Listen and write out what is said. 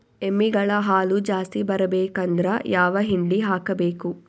ಎಮ್ಮಿ ಗಳ ಹಾಲು ಜಾಸ್ತಿ ಬರಬೇಕಂದ್ರ ಯಾವ ಹಿಂಡಿ ಹಾಕಬೇಕು?